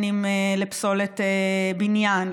מתקנים לפסולת בניין,